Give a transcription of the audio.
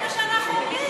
זה מה שאנחנו אומרים.